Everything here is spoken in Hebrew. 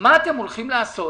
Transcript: מה אתם הולכים לעשות.